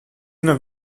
now